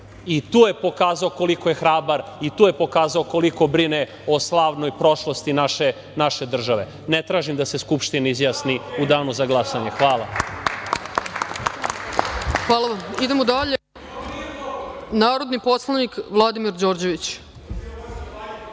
I tu je pokazao koliko je hrabar, i tu je pokazao koliko brine o slavnoj prošlosti naše države. Ne tražim da se Skupština izjasni u danu za glasanje. Hvala. **Ana Brnabić** Hvala vam. Idemo dalje. Narodni poslanik Vladimir Đorđević.